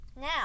now